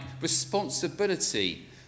responsibility